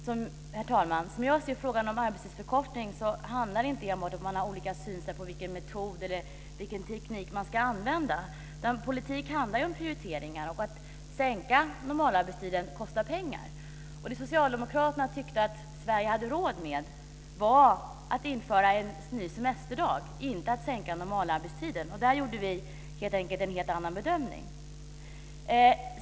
Herr talman! Som jag ser det handlar frågan om arbetstidsförkortning inte enbart om att vi har olika syn på vilken metod eller vilken teknik man ska använda. Politik handlar ju om prioriteringar, och att sänka normalarbetstiden kostar pengar. Det socialdemokraterna tyckte att Sverige hade råd med var att införa en ny semesterdag, inte att sänka normalarbetstiden. Där gjorde vi helt enkelt en helt annan bedömning.